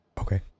Okay